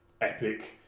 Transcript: epic